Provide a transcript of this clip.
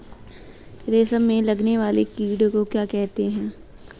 रेशम में लगने वाले कीड़े को क्या कहते हैं?